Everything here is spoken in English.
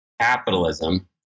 capitalism